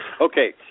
Okay